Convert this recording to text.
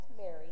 Mary